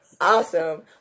Awesome